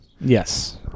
Yes